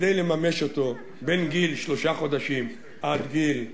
כדי לממש אותו מגיל שלושה חודשים עד גיל חמש,